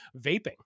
vaping